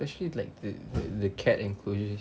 especially like the the cat enclosures